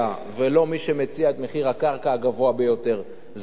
ולא שמי שמציע את מחיר הקרקע הגבוה ביותר זוכה.